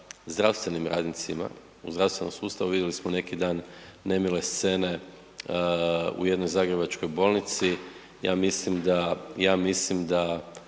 zdravstvenim radnicima u zdravstvenom sustavu. Vidjeli smo neki dan nemile scene u jednoj zagrebačkoj bolnici, ja mislim da,